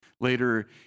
Later